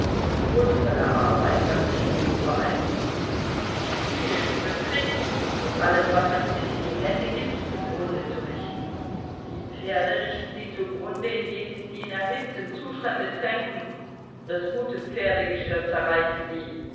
unsere arbeiter verstehen nur eins sich viehisch zu betrinken und alles was man ihnen in die hände gibt zugrunde zu richten die pferde richten sie zugrunde indem sie sie in erhitztem zustande tränken das gute pferdegeschirr zerreißen sie